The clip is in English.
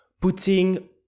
putting